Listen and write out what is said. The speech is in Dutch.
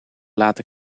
late